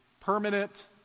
permanent